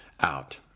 out